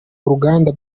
uruganda